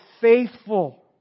faithful